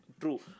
True